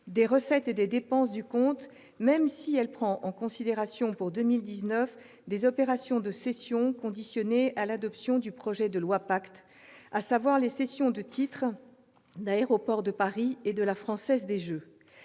des recettes et des dépenses du compte, même si elle prend en considération pour 2019 des opérations de cession conditionnées à l'adoption du projet de loi PACTE, à savoir les cessions de titres d'Aéroports de Paris et de la Française des jeux.